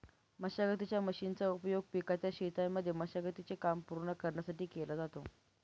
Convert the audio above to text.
मशागतीच्या मशीनचा उपयोग पिकाच्या शेतांमध्ये मशागती चे काम पूर्ण करण्यासाठी केला जातो